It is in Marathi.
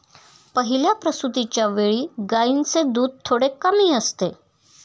पहिल्या प्रसूतिच्या वेळी गायींचे दूध थोडे कमी असते